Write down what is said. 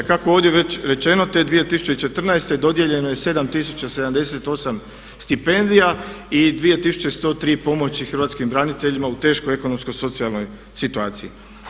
Kako je ovdje već rečeno te 2014. dodijeljeno je 7078 stipendija i 2103 pomoći Hrvatskim braniteljima u teškoj ekonomskoj socijalnoj situaciju.